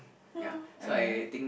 !ha! oh ya